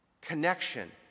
connection